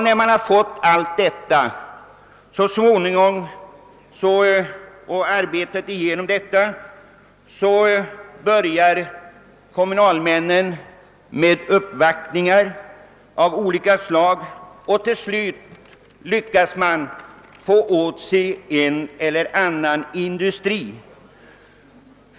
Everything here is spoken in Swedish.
När man så fått allt detta, börjar kommunalmännen med uppvaktningar av olika slag, och till slut lyckas de att till bygden få en eller annan industri.